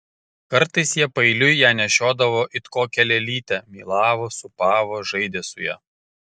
kartais jie paeiliui ją nešiodavo it kokią lėlytę mylavo sūpavo žaidė su ja